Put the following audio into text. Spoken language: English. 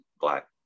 black